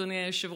אדוני היושב-ראש,